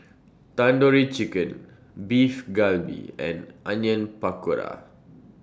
Tandoori Chicken Beef Galbi and Onion Pakora